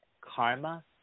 Karma